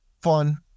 fun